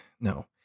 No